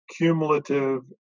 cumulative